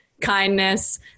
kindness